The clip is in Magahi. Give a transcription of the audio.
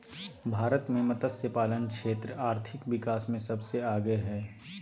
भारत मे मतस्यपालन क्षेत्र आर्थिक विकास मे सबसे आगे हइ